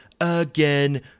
again